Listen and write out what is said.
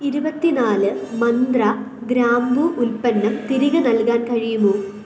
ഇരുപത്തിനാല് മന്ത്ര ഗ്രാമ്പൂ ഉൽപ്പന്നം തിരികെ നൽകാൻ കഴിയുമോ